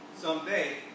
someday